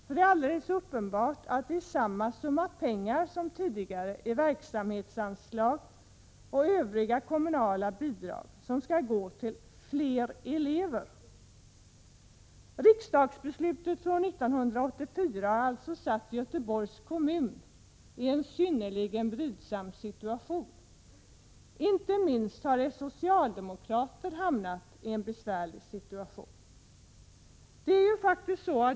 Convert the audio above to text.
Det är alldeles uppenbart att samma summa pengar som i tidigare verksamhetsanslag och övriga kommunala bidrag nu skall gå till fler elever. Riksdagsbeslutet från 1984 har alltså satt Göteborgs kommun i en synnerligen brydsam situation. Inte minst dess socialdemokrater har hamnat i en besvärlig situation.